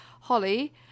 Holly